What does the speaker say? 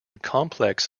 complex